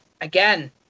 again